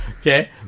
Okay